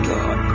God